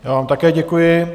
Já vám také děkuji.